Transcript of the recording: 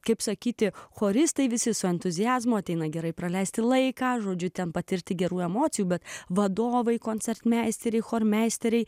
kaip sakyti choristai visi su entuziazmo ateina gerai praleisti laiką žodžiu ten patirti gerų emocijų bet vadovai koncertmeisteriai chormeisteriai